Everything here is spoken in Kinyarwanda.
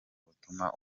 butuma